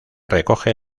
recoge